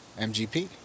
MGP